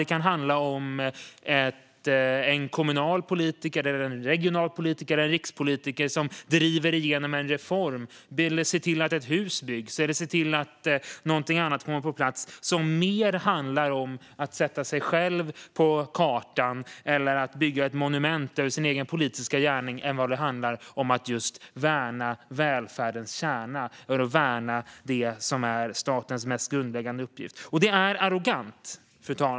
Det kan handla om en kommunal, regional eller rikspolitiker som driver igenom en reform eller ser till att ett hus byggs eller att något annat kommer på plats. Men det handlar egentligen mer om att sätta sig själv på kartan eller att bygga ett monument över sin politiska gärning än om att värna välfärdens kärna eller statens mest grundläggande uppgifter. Det är arrogant.